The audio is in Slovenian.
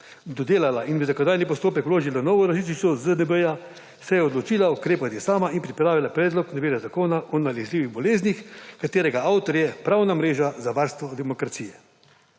dodelala in v zakonodajni postopek vložila novo različico ZDB, se je odločila ukrepati sama in je pripravila predlog novele Zakona o nalezljivih boleznih, katerega avtor je Pravna mreža za varstvo demokracije.